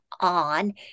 on